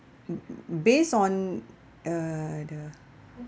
mm mm based on uh the